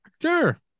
Sure